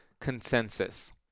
consensus